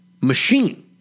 machine